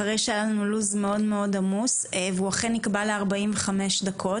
אחרי שהיה לנו לו"ז מאוד עמוס והוא נקבע ל-45 דקות.